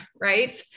right